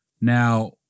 Now